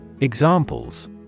Examples